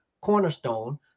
cornerstone